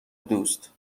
دوست